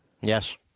Yes